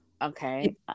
Okay